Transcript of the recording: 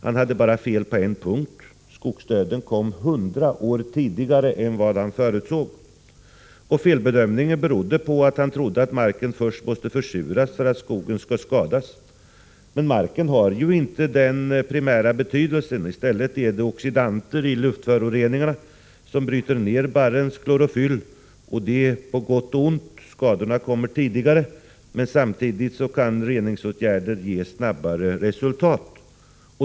Han hade bara fel på en punkt: Skogsdöden kom 100 år tidigare än vad han förutsåg. Felbedömningen berodde på att han trodde att marken först måste försuras för att skogen skall skadas. Men marken har inte den primära betydelsen. I stället är det oxidanter i luftföroreningarna som bryter ned barrens klorofyll. Detta är på gott och ont. Skadorna kommer tidigare, men samtidigt kan reningsåtgärder ge snabbare resultat.